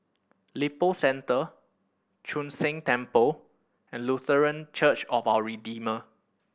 Lippo Centre Chu Sheng Temple and Lutheran Church of Our Redeemer